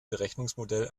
berechnungsmodell